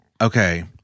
okay